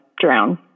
drown